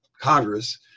Congress